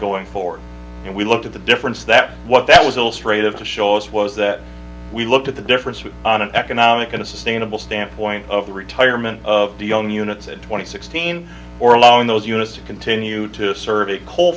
going forward and we looked at the difference that what that was illustrated of to show us was that we looked at the difference with on an economic and sustainable standpoint of the retirement of the young units at twenty sixteen or allowing those units to continue to serve a coal